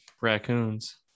raccoons